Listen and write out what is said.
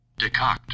Decocked